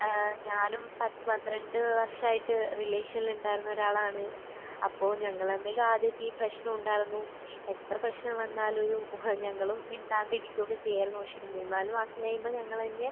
ഞാനും പത്ത് പന്ത്രണ്ട് വർഷമായിട്ട് റിലേഷനിൽ ഉണ്ടായിരുന്ന ഒരാളാണ് അപ്പം ഞങ്ങൾ തമ്മിലും ആദ്യമൊക്കെ ഈ പ്രശ്നം ഉണ്ടായിരുന്നു എത്ര പ്രശ്നം വന്നാലും ഒരു ഞങ്ങളും മിണ്ടാണ്ട് ഇരിക്കൊക്കെ ചെയ്യായിരുന്നു പക്ഷേ മൂന്ന് നാല് മാസം കഴിയുമ്പം ഞങ്ങളന്നെ